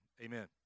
amen